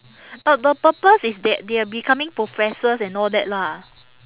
but the purpose is that they are becoming professors and all that lah